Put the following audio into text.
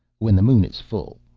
when the moon is full,